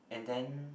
and then